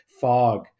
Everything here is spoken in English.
fog